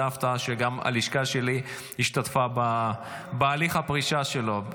הפתעה שגם הלשכה שלי השתתפה בהליך הפרישה שלו.